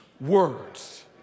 words